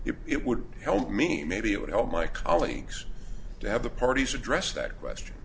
it would help me maybe it would help my colleagues to have the parties address that question